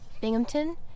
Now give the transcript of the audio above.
Binghamton